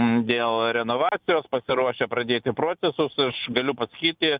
dėl renovacijos pasiruošę pradėti procesus aš galiu pasakyti